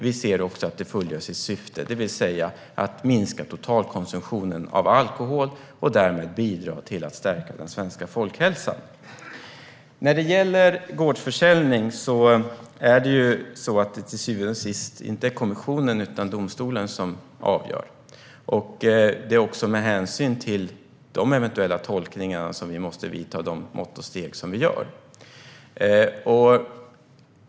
Vi ser också att man fullgör sitt syfte, det vill säga att minska totalkonsumtionen av alkohol och därmed bidra till att stärka den svenska folkhälsan. När det gäller gårdsförsäljning är det till syvende och sist inte kommissionen utan domstolen som avgör. Det är också med hänsyn till de eventuella tolkningarna som vi måste vidta de mått och steg som vi gör.